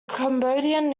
cambodian